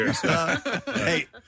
Hey